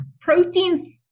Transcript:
proteins